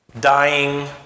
dying